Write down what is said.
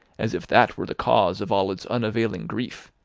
as if that were the cause of all its unavailing grief,